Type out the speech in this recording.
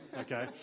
Okay